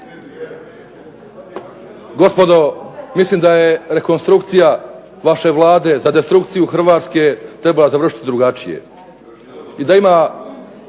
Gospodo mislim da je rekonstrukcija vaše Vlade za destrukciju Hrvatske trebala završiti drugačije